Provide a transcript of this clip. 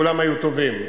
כולם היו טובים.